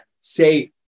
say